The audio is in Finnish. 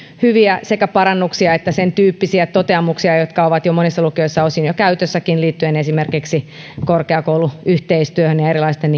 hyviä sekä parannuksia että sentyyppisiä toteamuksia jotka ovat jo monissa lukioissa osin jo käytössäkin liittyen esimerkiksi korkeakouluyhteistyöhön ja erilaisten